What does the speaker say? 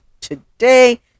today